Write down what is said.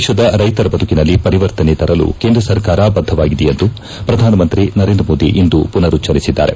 ದೇಶದ ರೈತರ ಬದುಕಿನಲ್ಲಿ ಪರಿವರ್ತನೆ ತರಲು ಕೇಂದ್ರ ಸರ್ಕಾರ ಬಧವಾಗಿದೆ ಎಂದು ಪ್ರಧಾನಮಂತ್ರಿ ನರೇಂದ್ರ ಮೋದಿ ಇಂದು ಮನರುಜ್ಞರಿಸಿದ್ದಾರೆ